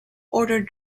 ordered